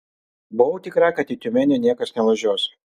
buvau tikra kad į tiumenę niekas nevažiuos